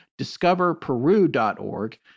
discoverperu.org